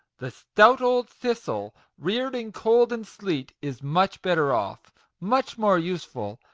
the stout old thistle, reared in cold and sleet, is much better off much more useful,